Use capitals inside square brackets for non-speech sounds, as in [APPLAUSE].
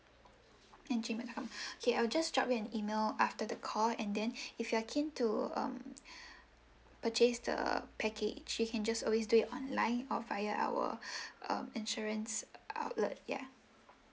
at gmail dot com okay I'll just drop you an email after the call and then [BREATH] if you are keen to um [BREATH] purchase the package you can just always do it online or via our um insurance outlet ya